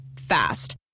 Fast